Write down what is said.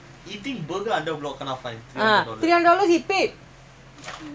because during the lockdown they all cannot see each other what